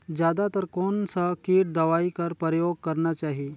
जादा तर कोन स किट दवाई कर प्रयोग करना चाही?